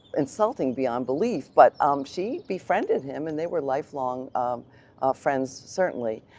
insulting beyond belief, but um she befriended him and they were lifelong friends, certainly.